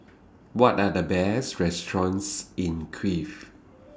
What Are The Best restaurants in Kiev